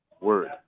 word